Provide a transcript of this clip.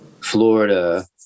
Florida